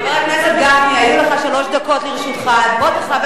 אז בוא תכבד את המציעה ותן לה לומר את דבריה.